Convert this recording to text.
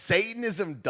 Satanism